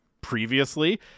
previously